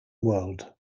world